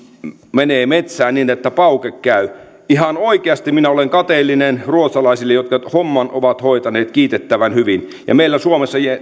menee metsään niin että pauke käy ihan oikeasti minä olen kateellinen ruotsalaisille jotka ovat hoitaneet homman kiitettävän hyvin ja meillä